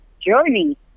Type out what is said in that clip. journey